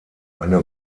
eine